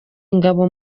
ingabo